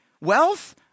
wealth